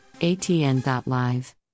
atn.live